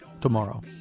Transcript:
tomorrow